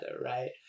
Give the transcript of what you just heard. right